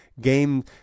game